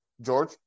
George